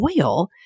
oil